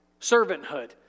Servanthood